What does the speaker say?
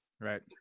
right